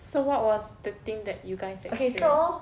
so what was the thing that you guys experienced